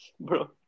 Bro